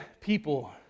people